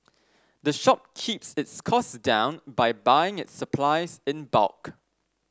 the shop keeps its costs down by buying its supplies in bulk